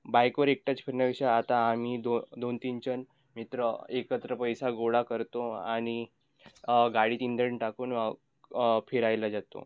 बाईकवर एकटंच फिरण्यापेक्षा आता आम्ही दो दोन तीन जन मित्र एकत्र पैसा गोळा करतो आणि गाडीत इंधन टाकून फिरायला जातो